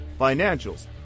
financials